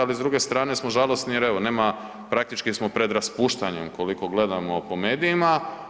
Ali, s druge strane smo žalosni jer evo, nema, praktički smo pred raspuštanjem, koliko gledamo po medijima.